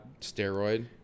steroid